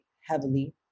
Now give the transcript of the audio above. heavily